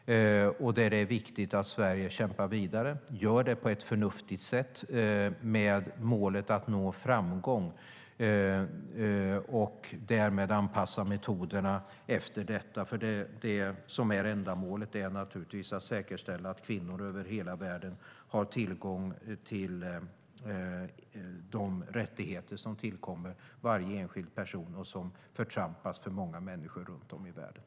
Där är det viktigt att Sverige kämpar vidare och gör det på ett förnuftigt sätt, med målet att nå framgång och därmed anpassar metoderna efter det. Målet är naturligtvis att säkerställa att kvinnor över hela världen har tillgång de rättigheter som tillkommer varje enskild person och som förtrampas för många människor runt om i världen.